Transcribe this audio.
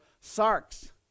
sarks